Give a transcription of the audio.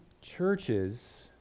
churches